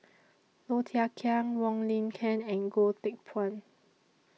Low Thia Khiang Wong Lin Ken and Goh Teck Phuan